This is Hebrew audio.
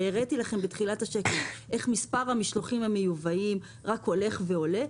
וגם הראיתי לכם איך מספר המשלוחים המיובאים רק הולך ועולה,